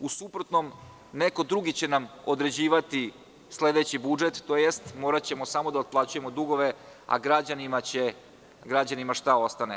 U suprotnom, neko drugi će nam određivati sledeći budžet tj. moraćemo samo da otplaćujemo dugove, a građanima će ostati šta ostane.